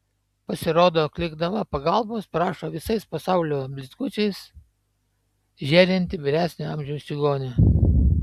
pasirodo klykdama pagalbos prašo visais pasaulio blizgučiais žėrinti vyresnio amžiaus čigonė